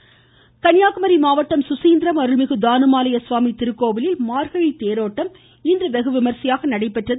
சுசீந்திரம் கன்னியாகுமரி மாவட்டம் சுசீந்திரம் அருள்மிகு தாணுமாலய சுவாமி திருக்கோவிலில் மார்கழி தேரோட்டம் இன்று வெகு விமரிசையாக நடைபெற்றது